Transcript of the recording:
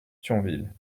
thionville